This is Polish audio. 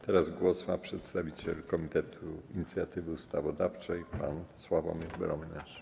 Teraz głos ma przedstawiciel Komitetu Inicjatywy Ustawodawczej pan Sławomir Broniarz.